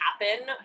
happen